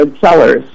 sellers